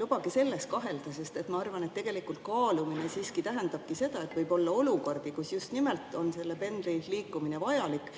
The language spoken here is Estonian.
Lubage kahelda. Ma arvan, et kaalumine tähendabki seda, et võib olla olukordi, kus just nimelt on selle pendli liikumine vajalik